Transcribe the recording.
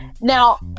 Now